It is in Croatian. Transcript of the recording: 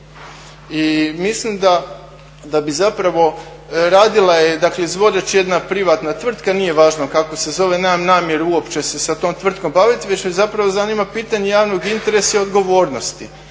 cesta, a postavljen je loš asfalt. Izvođač je jedna privatna tvrtka nije važno kako se zove, nemam namjeru uopće se sa tom tvrtkom baviti već me zanima pitanje javnog interesa i odgovornosti.